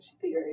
theory